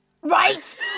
right